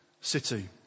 city